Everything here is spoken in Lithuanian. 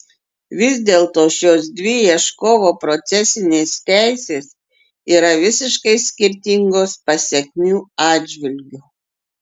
vis dėlto šios dvi ieškovo procesinės teisės yra visiškai skirtingos pasekmių atžvilgiu